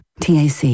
TAC